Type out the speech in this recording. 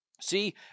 See